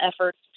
efforts